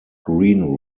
green